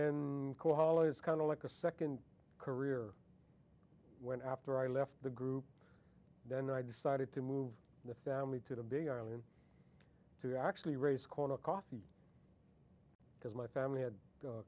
is kind of like a second career when after i left the group then i decided to move the family to the big island to actually raise corn a coffee because my family had